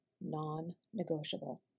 non-negotiable